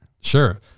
Sure